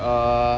err